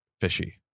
fishy